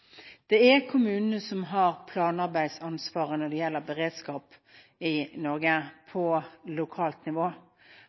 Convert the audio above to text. har planarbeidsansvaret når det gjelder beredskap i Norge